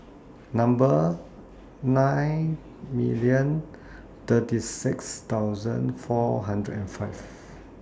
Number nine million thirty six thousand four hundred and five